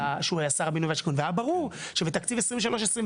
שר הבינוי והשיכון והיה ברור שבתקציב 23-24,